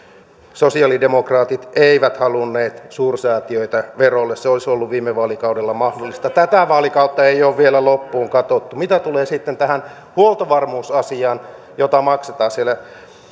sosialidemokraatit eivät halunneet suursäätiöitä verolle se olisi ollut viime vaalikaudella mahdollista tätä vaalikautta ei ole vielä loppuun katsottu mitä tulee tähän huoltovarmuusasiaan jota maksetaan siellä